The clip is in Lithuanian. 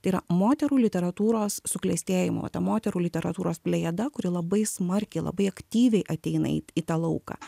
tai yra moterų literatūros suklestėjimo va ta moterų literatūros plejada kuri labai smarkiai labai aktyviai ateina į tą lauką